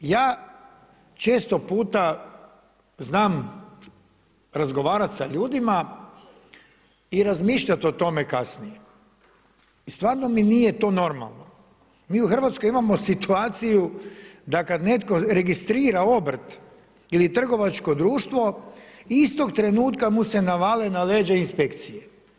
Ja često puta znam razgovarati sa ljudima i razmišljat o tome kasnije i stvarno mi nije to normalno, mi u Hrvatskoj imamo situaciju da kad netko registrira obrt ili trgovačko društvo, istog trenutka mu se navale na leđa inspekcije.